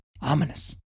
ominous